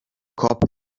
korb